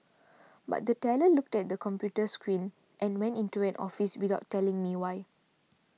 but the teller looked at the computer screen and went into an office without telling me why